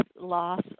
loss